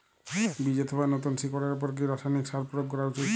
বীজ অথবা নতুন শিকড় এর উপর কি রাসায়ানিক সার প্রয়োগ করা উচিৎ?